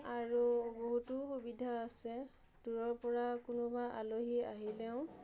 আৰু বহুতো সুবিধা আছে দূৰৰ পৰা কোনোবা আলহী আহিলেও